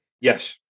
Yes